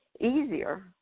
easier